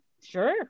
sure